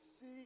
see